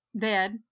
dead